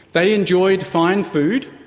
they enjoyed fine food,